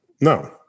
no